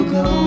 go